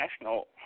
National